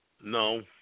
No